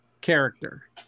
character